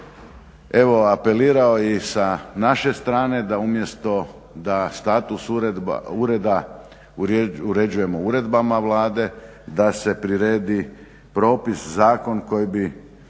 evo apelirao i sa naše strane da umjesto da status ureda uređujemo uredbama Vlade, da se priredi propis, zakon koji bi